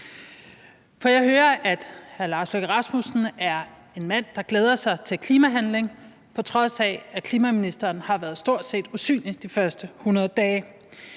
jeg hører, at hr. Lars Løkke Rasmussen er en mand, der glæder sig til klimahandling, på trods af at klimaministeren har været stort set usynlig de første 100 dage.